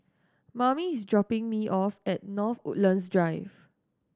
mame is dropping me off at North Woodlands Drive